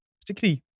particularly